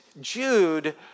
Jude